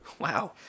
Wow